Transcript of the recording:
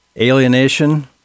alienation